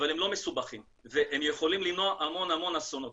אבל הם לא מסובכים והם יכולים למנוע המון אסונות.